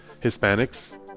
hispanics